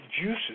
juices